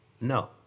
No